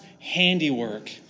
handiwork